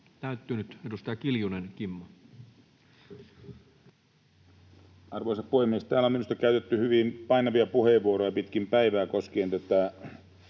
täyttynyt. — Edustaja Kiljunen, Kimmo. Arvoisa puhemies! Minusta täällä on käytetty hyvin painavia puheenvuoroja pitkin päivää koskien